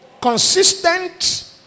Consistent